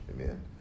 Amen